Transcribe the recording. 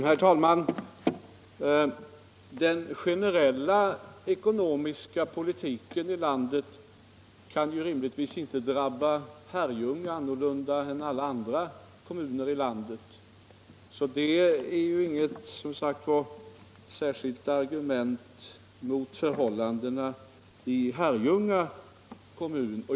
Herr talman! Den allmänna ekonomiska politiken i landet kan rimligtvis inte drabba Herrljunga på annat sätt än alla andra kommuner i landet. Det är därför inget särskilt argument för Herrljunga kommun.